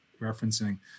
referencing